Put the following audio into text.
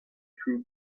two